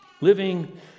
Living